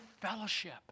fellowship